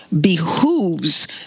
behooves